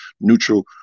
Neutral